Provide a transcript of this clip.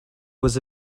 was